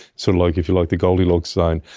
so like if you like, the goldilocks zone.